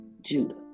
Judah